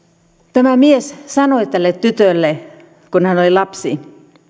tämä mies sanoi tälle tytölle kun hän oli lapsi